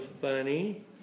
funny